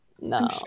no